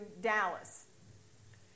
Dallas